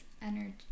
Energy